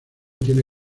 tiene